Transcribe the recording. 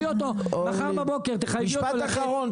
מחר בבוקר תחייבי אותו בבוקר לזה --- משפט אחרון,